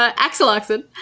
ah axel oxen,